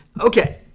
Okay